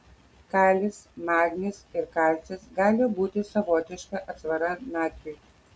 kalis magnis ir kalcis gali būti savotiška atsvara natriui